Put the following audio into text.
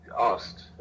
Asked